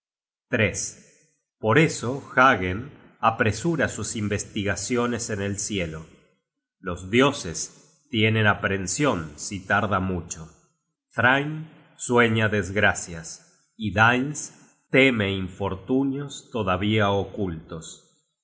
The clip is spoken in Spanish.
muchedumbre por eso ungen apresura sus investigaciones en el cielo los dioses tienen aprension si tarda mucho thrain sueña desgracias y dains teme infortunios todavía ocultos